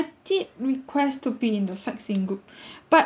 I did request to be in the sightseeing group but